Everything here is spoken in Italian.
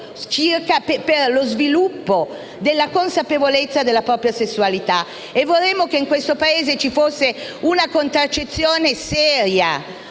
per lo sviluppo della consapevolezza della propria sessualità. Vorremmo che in questo Paese ci fosse una contraccezione seria